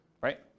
right